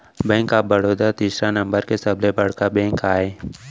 bank of Baroda तीसरा नंबर के सबले बड़का बेंक आय